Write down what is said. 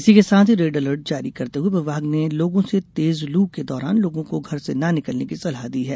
इसी के साथ ही रेड अलर्ट जारी करते हुए विभाग ने लोगों से तेज लू के दौरान लोगों को घर से न निकलने की सलाह दी है